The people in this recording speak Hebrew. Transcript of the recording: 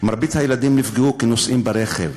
מרבית הילדים נפגעו כנוסעים ברכב,